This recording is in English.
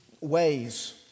ways